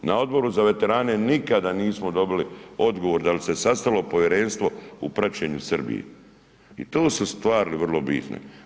Na Odboru za veterane nikada nismo dobili odgovor da li se sastalo povjerenstvo u praćenju Srbiji i to su stvari vrlo bitne.